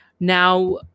Now